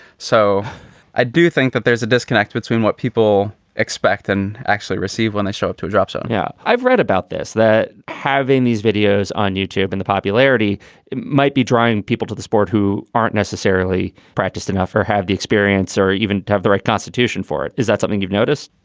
so i do think that there's a disconnect between what people expect and actually received when they show it to a dropzone yeah, i've read about this that having these videos on youtube and the popularity might be drawing people to the sport who aren't necessarily practiced enough or have the experience or even have the right constitution for it. is that something you've noticed?